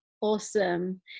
Awesome